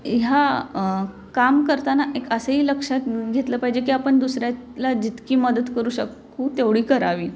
ह्या काम करताना एक असंही लक्षात घेतलं पाहिजे की आपण दुसऱ्याला जितकी मदत करू शकू तेवढी करावी